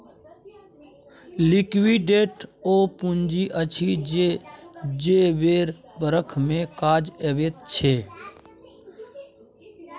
liquidity ओ पुंजी अछि जे बेर बखत मे काज अबैत छै